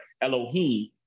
Elohim